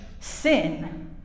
sin